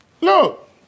Look